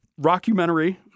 rockumentary